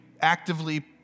actively